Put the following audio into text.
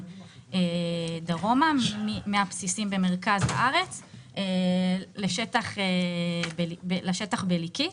דרומה מהבסיסים במרכז הארץ לשטח בלקית,